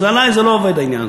אז עלי זה לא עובד העניין.